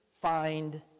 find